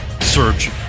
Search